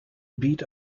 beat